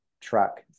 truck